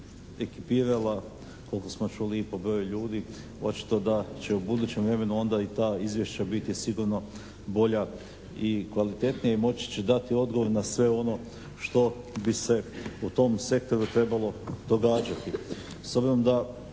ekipirala, koliko smo čuli i po broju ljudi, očito da će u budućem vremenu onda i ta izvješća biti sigurno bolja i kvalitetnija i moći će dati odgovor na sve ono što bi se u tom sektoru trebalo događati.